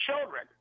children